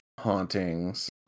hauntings